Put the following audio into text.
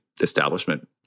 establishment